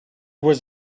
was